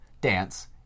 dance